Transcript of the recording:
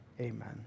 Amen